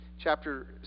Chapter